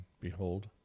Behold